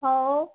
हो